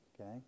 okay